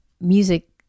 music